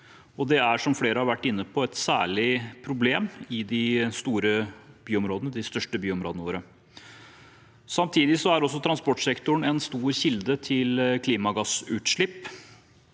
inne på, særlig et problem i de største byområdene våre. Samtidig er transportsektoren en stor kilde til klimagassutslipp,